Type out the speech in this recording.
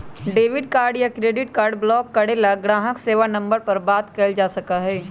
debit card या credit card block करे ला ग्राहक सेवा नंबर पर बात कइल जा सका हई